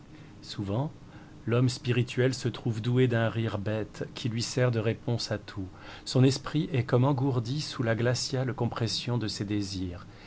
souvent l'homme spirituel se trouve doué d'un rire bête qui lui sert de réponse à tout son esprit est comme engourdi sous la glaciale compression de ses désirs